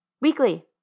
weekly